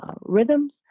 rhythms